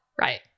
Right